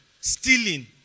stealing